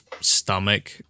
stomach